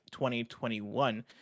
2021